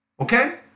Okay